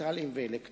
והמבין יבין.